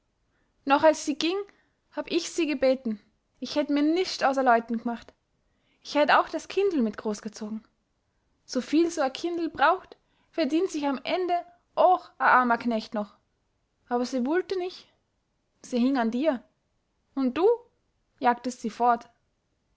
noch als sie ging hab ich se gebeten ich hätt mir nischt aus a leuten gemacht ich hätt auch das kindel mit groß gezogen suviel su a kindel braucht verdient sich am ende ooch a armer knecht noch aber se wullte nich se hing an dir und du jagtest